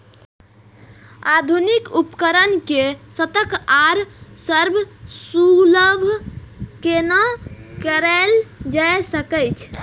आधुनिक उपकण के सस्ता आर सर्वसुलभ केना कैयल जाए सकेछ?